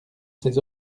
ses